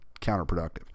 counterproductive